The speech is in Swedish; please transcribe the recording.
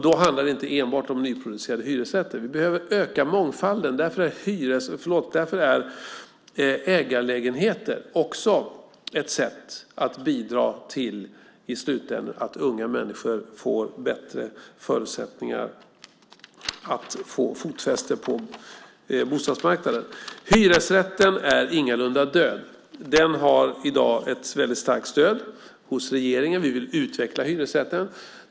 Det handlar inte enbart om nyproducerade hyresrätter, utan vi behöver öka mångfalden. Därför är ägarlägenheter också ett sätt att i slutändan bidra till att unga människor får bättre förutsättningar att få fotfäste på bostadsmarknaden. Hyresrätten är ingalunda död. Den har i dag ett väldigt starkt stöd hos regeringen. Vi vill utveckla hyresrätten.